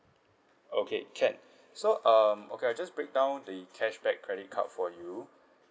okay can so um okay I just break down the cashback credit card for you